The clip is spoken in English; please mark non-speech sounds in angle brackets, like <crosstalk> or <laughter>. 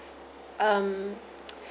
um <noise>